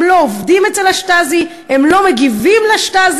הם לא עובדים אצל השטאזי, הם לא מגיבים לשטאזי.